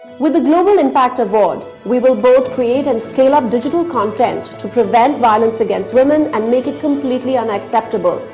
with the global impact award, we will both create and scale up digital content to prevent violence against women and make it completely unacceptable.